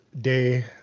day